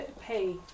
pay